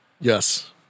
Yes